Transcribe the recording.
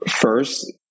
First